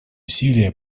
усилия